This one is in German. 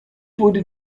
wurde